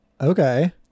okay